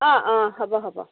অঁ অঁ হ'ব হ'ব